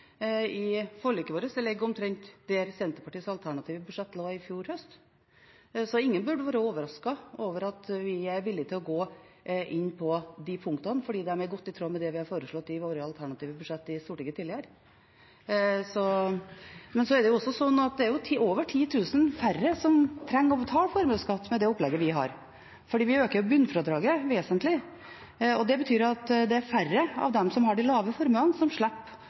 i budsjettforliket vårt, ligger omtrent der Senterpartiets alternative budsjett lå i fjor høst. Så ingen burde være overrasket over at vi er villige til å gå inn på de punktene, for de er godt i tråd med det vi har foreslått i våre alternative budsjett i Stortinget tidligere. Det er over 10 000 færre som trenger å betale formuesskatt med det opplegget vi har, for vi øker bunnfradraget vesentlig. Det betyr at det er færre av de som har de små formuene, som